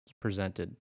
presented